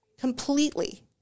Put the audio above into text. completely